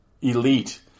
elite